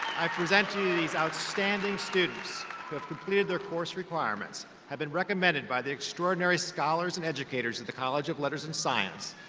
i present you these outstanding students have completed their course requirements, requirements, have been recommended by the extraordinary scholars and educators of the college of letters and science,